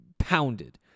pounded